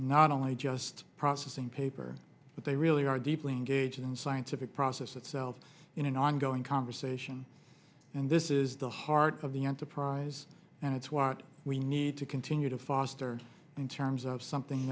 not only just processing paper but they really are deeply engaged in scientific process itself in an ongoing conversation and this is the heart of the enterprise and it's what we need to continue to foster in terms of something